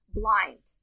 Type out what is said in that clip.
blind